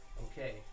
Okay